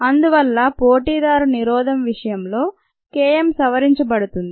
అందువల్ల పోటీదారునిరోధం విషయంలో K m సవరించబడుతుంది